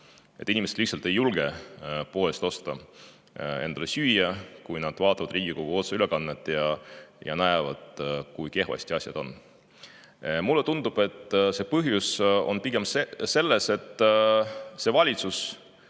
sest inimesed lihtsalt ei julge poest endale süüa osta, kui nad vaatavad Riigikogu otseülekannet ja näevad, kui kehvasti asjad on. Mulle tundub, et põhjus on pigem selles, et valitsus,